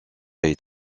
est